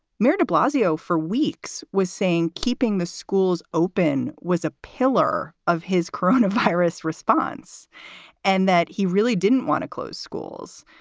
mayor de blasio for weeks was saying keeping the schools open was a pillar of his coronavirus response and that he really didn't want to close schools.